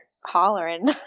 hollering